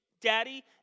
Daddy